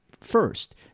First